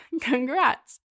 Congrats